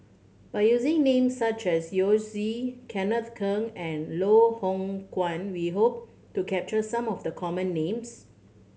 by using names such as Yao Zi Kenneth Keng and Loh Hoong Kwan we hope to capture some of the common names